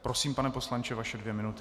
Prosím, pane poslanče, vaše dvě minuty.